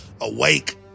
awake